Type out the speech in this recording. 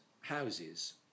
houses